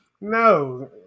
no